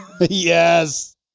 yes